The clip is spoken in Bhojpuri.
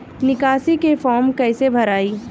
निकासी के फार्म कईसे भराई?